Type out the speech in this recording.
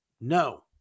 No